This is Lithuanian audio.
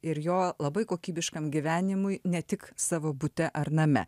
ir jo labai kokybiškam gyvenimui ne tik savo bute ar name